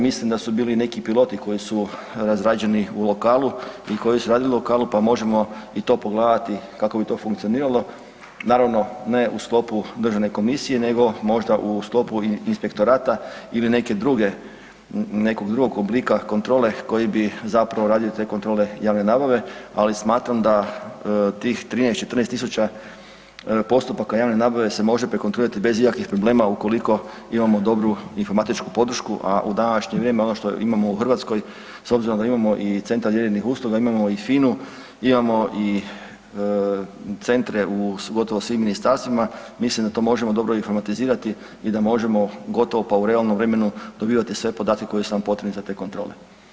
Mislim da su bili neki piloti koji su razrađeni u lokalu i koji su radili u lokalu, pa možemo i to pogledati kako bi to funkcioniralo, naravno ne u sklopu državne komisije nego možda u sklopu inspektorata ili neke druge, nekog drugog oblika kontrole koji bi zapravo radio te kontrole javne nabave, ali smatram da tih 13-14 tisuća postupaka javne nabave se može prekontrolirati bez ikakvih problema ukoliko imamo dobru informatičku podršku, a u današnje vrijeme ono što imamo u Hrvatskoj s obzirom da imamo i centar …/nerazumljivo/… imamo i FINU, imamo i centre u gotovo svim ministarstvima, mislim da to možemo dobro informatizirati i da možemo gotovo pa u realnom vremenu dobivati sve podatke koji su nam potrebni za te kontrole.